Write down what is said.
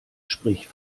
sprich